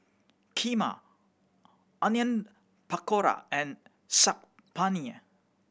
Kheema Onion Pakora and Saag Paneer